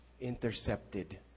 intercepted